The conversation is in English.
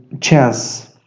chance